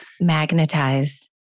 magnetize